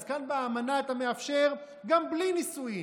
אז גם באמנה אתה מאפשר גם בלי נישואים.